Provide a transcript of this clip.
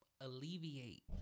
alleviate